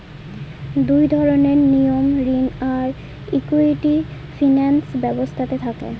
দুই ধরনের নিয়ম ঋণ আর ইকুইটি ফিনান্স ব্যবস্থাতে থাকে